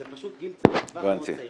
זה פשוט גיל צעיר, גיל מאוד צעיר.